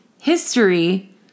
History